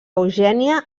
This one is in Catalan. eugènia